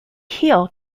heel